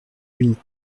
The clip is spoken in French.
une